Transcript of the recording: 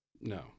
No